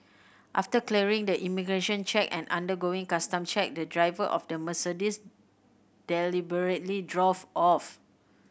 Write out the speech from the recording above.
after clearing the immigration check and undergoing custom check the driver of the Mercedes deliberately drove off